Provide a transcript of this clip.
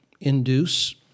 induce